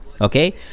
Okay